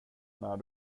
när